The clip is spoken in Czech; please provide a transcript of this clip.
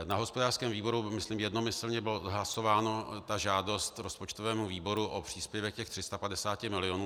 Na hospodářském výboru myslím jednomyslně byla odhlasována žádost rozpočtovému výboru o příspěvek 350 milionů.